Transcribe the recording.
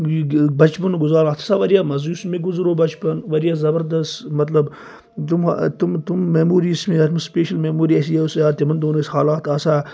یہِ بَچپَن گُزاران اَتھ چھ آسان واریاہ مَزٕ یُس مےٚ گُزیرو بَچپَن واریاہ زَبَردَست مَطلَب تِم تِم تِم میٚموریز چھ مےٚ یاد یِم سُپیشَل میٚموری اوس یاد تِمَن دۄہَن ٲسۍ حالات آسان